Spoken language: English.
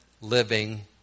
living